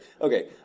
Okay